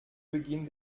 beginn